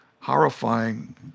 horrifying